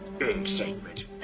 Excitement